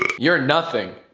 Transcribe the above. ah you're nothing,